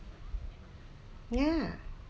ya